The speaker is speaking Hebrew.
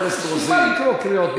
אז בשביל מה לקרוא קריאות ביניים?